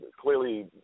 clearly